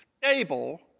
stable